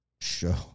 show